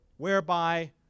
whereby